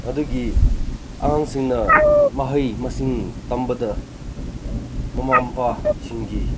ꯑꯗꯨꯒꯤ ꯑꯉꯥꯡꯁꯤꯡꯅ ꯃꯍꯩ ꯃꯁꯤꯡ ꯇꯝꯕꯗ ꯃꯃꯥ ꯃꯄꯥꯁꯤꯡꯒꯤ